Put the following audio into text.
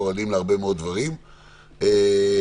ולהרבה מאוד דברים אחרים.